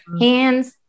Hands